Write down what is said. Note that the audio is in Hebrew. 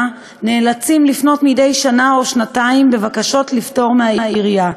נאלצים לפנות מדי שנה או שנתיים בבקשות לפטור מהעירייה.